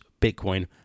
Bitcoin